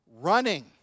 running